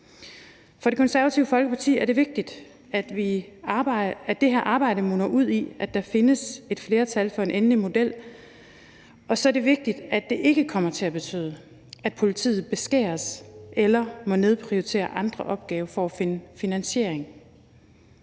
For Det Konservative Folkeparti er det vigtigt, at det her arbejde munder ud i, at der findes et flertal for en endelig model, og så er det vigtigt, at det ikke kommer til at betyde, at politiet beskæres eller må nedprioritere andre opgaver for at finde finansiering.